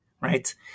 right